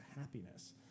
happiness